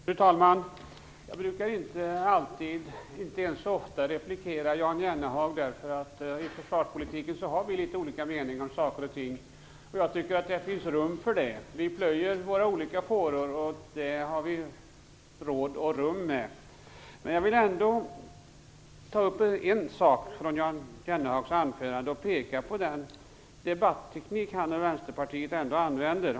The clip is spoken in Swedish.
Fru talman! Jag brukar inte ofta replikera Jan Jennehag därför att vi i försvarspolitiken har litet olika meningar om saker och ting. Jag tycker att det finns rum för det. Vi plöjer våra olika fåror, och det har vi råd och rum för. Men jag vill ta upp en sak i Jan Jennehags anförande, nämligen den debatteknik som han använder.